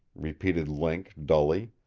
repeated link dully.